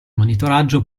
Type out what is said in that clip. monitoraggio